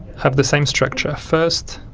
have the same structure first,